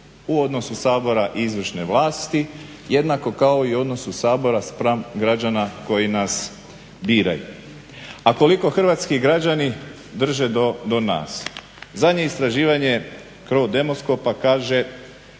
u odnosu Sabora i izvršne vlasti jednako kao i odnosu Sabora spram građana koji nas biraju. A koliko građani drže do nas? Zadnje istraživanje …/Govornik se